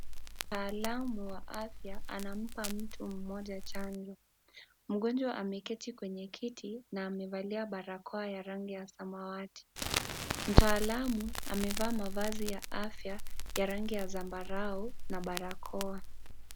Mtaalamu wa afya anampa mtu mmoja chanjo. Mgonjwa ameketi kwenye kiti na amevalia barakoa ya rangi ya samawati. Mtaalamu amevaa mavazi ya afya ya rangi ya zambarau na barakoa.